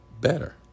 better